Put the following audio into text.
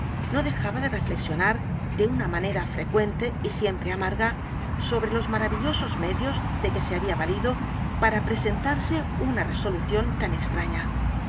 no dejaba de r e flexionar de una manera frecuente y siempre a m a r g a sobre los maravillosos medios de que se había valido p a r a presentarse una resolución tan extraña